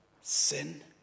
sin